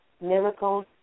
miracles